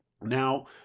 Now